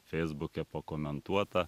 feisbuke pakomentuota